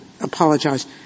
apologize